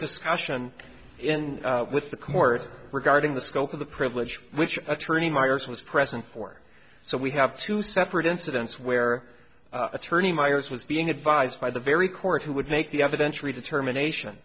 discussion in with the court regarding the scope of the privilege which attorney miers was present for so we have two separate incidents where attorney miers was being advised by the very court who would make the evidence re determination